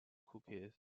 cookies